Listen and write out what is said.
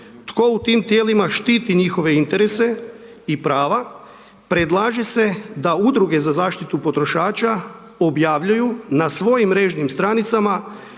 tko u tim tijelima štiti njihove interese i prava, predlaže se da udruge za zaštitu potrošača, objavljuju na svojim mrežnim stranicama,